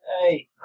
Hey